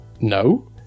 no